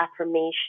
affirmation